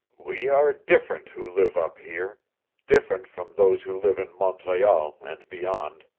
we are different who live up here different from those who live in montreal, and beyond.